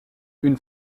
une